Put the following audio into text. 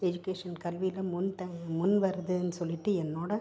education கல்வியில் முன் தங் முன் வருதுன்னு சொல்லிவிட்டு என்னோடய